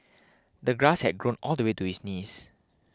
the grass had grown all the way to his knees